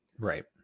Right